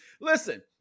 Listen